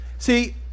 see